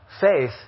faith